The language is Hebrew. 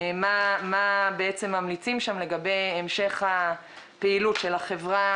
מה בעצם ממליצים שם לגבי המשך הפעילות של החברה